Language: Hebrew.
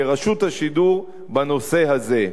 לרשות השידור בנושא הזה.